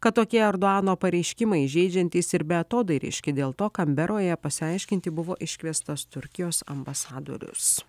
kad tokie erdoano pareiškimai įžeidžiantys ir beatodairiški dėl to kanberoje pasiaiškinti buvo iškviestas turkijos ambasadorius